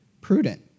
prudent